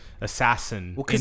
assassin